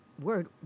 word